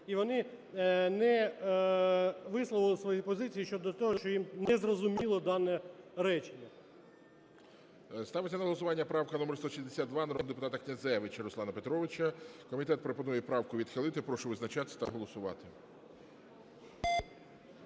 і вони не висловили своїх позицій щодо того, що їм не зрозуміло дане речення.